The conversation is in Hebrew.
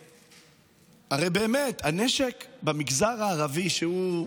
הרי באמת, הנשק במגזר הערבי, שהוא,